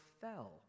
fell